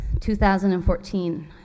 2014